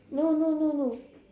no no no no